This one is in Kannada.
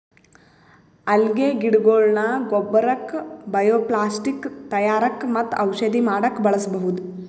ಅಲ್ಗೆ ಗಿಡಗೊಳ್ನ ಗೊಬ್ಬರಕ್ಕ್ ಬಯೊಪ್ಲಾಸ್ಟಿಕ್ ತಯಾರಕ್ಕ್ ಮತ್ತ್ ಔಷಧಿ ಮಾಡಕ್ಕ್ ಬಳಸ್ಬಹುದ್